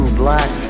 black